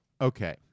Okay